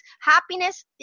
happiness